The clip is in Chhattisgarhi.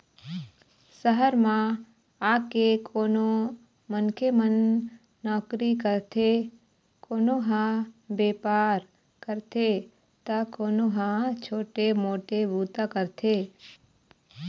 सहर म आके कोनो मनखे मन नउकरी करथे, कोनो ह बेपार करथे त कोनो ह छोटे मोटे बूता करथे